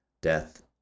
Death